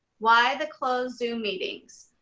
why the closed zoom meetings.